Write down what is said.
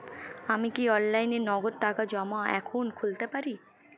আমি কি অনলাইনে নগদ টাকা জমা এখন খুলতে পারি?